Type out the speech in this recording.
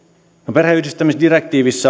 perheenyhdistämisdirektiivissä